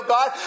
God